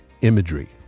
Imagery